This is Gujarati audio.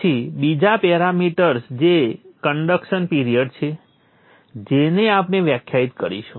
પછી બીજા પેરામિટર જે કન્ડક્શન પિરીઅડ છે જેને આપણે વ્યાખ્યાયિત કરીશું